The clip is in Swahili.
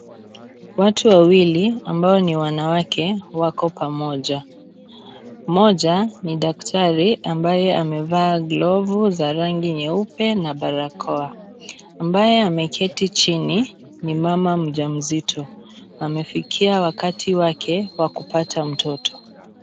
Watu wawili ambao ni wanawake wako pamoja . Mmoja ni daktari ambaye amevaa glovu za rangi nyeupe na barakoa. Ambaye ameketi chini ni mama mjamzito , amefikia wakati wake wa kupata mtoto.